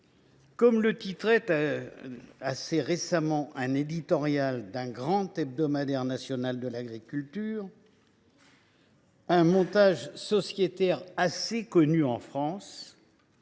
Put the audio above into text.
Comme le titrait récemment dans son éditorial un grand hebdomadaire national de l’agriculture, un montage sociétaire assez connu en France